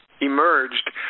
emerged